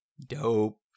dope